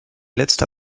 letzter